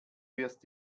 wirst